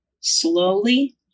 slowly